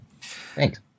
Thanks